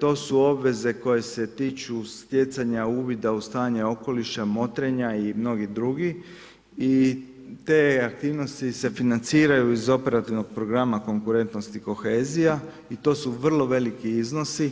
to su obveze koje se tiču stjecanja uvida u stanje okoliša, motrenja i mnogih drugih i te aktivnosti se financiraju iz operativnog programa konkurentnosti i kohezija i to su vrlo veliki iznosi.